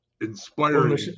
inspiring